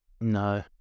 No